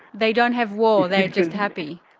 they don't have war, they are just happy.